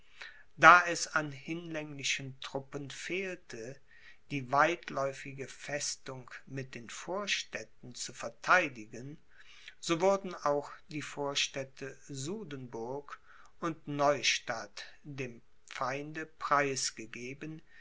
da es an hinlänglichen truppen fehlte die weitläufige festung mit den vorstädten zu vertheidigen so wurden auch die vorstädte sudenburg und neustadt dem feinde preisgegeben